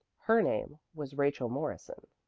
her name was rachel morrison.